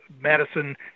Madison